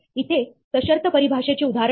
इथे सशर्त परिभाषेचे उदाहरण आहे